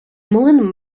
млин